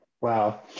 Wow